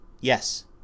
Yes